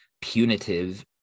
punitive